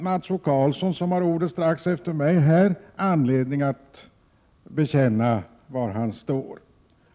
Mats O Karlsson, som har ordet strax efter mig, får väl bekänna var man står.